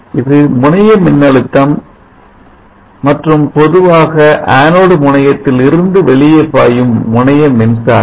இது முனைய மின்னழுத்தம் மற்றும் பொதுவாக ஆணோடு முனையத்தில் இருந்து வெளியே பாயும் முனைய மின்சாரம்